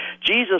Jesus